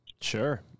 Sure